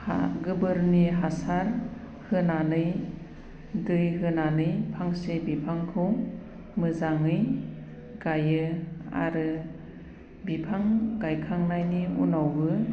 हा गोबोरनि हासार होनानै दै होनानै फांसे बिफांखौ मोजाङै गायो आरो बिफां गायखांनायनि उनावबो